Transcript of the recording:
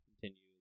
continue